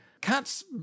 Cats